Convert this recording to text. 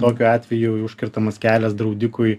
tokiu atveju užkertamas kelias draudikui